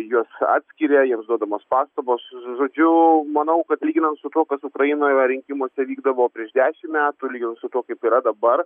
juos atskiria jiems duodamos pastabos žodžiu manau kad lyginant su tuo kas ukrainoje rinkimuose vykdavo prieš dešimt metų palyginus su tuo kaip yra dabar